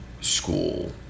school